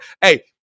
hey